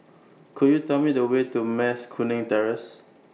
Could YOU Tell Me The Way to Mas Kuning Terrace